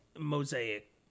mosaic